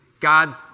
God's